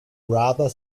rather